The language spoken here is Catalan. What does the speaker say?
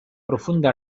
profunda